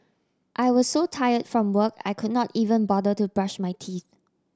I was so tire from work I could not even bother to brush my teeth